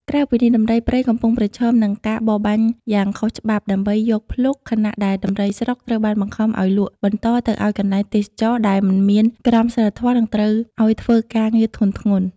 ក្រៅពីនេះ ដំរីព្រៃកំពុងប្រឈមមុខនឹងការបរបាញ់យ៉ាងខុសច្បាប់ដើម្បីយកភ្លុក ខណៈដែលដំរីស្រុកត្រូវបានបង្ខំឱ្យលក់បន្តទៅឱ្យកន្លែងទេសចរណ៍ដែលមិនមានក្រមសីលធម៌ និងត្រូវឲ្យធ្វើការងារធ្ងន់ៗ។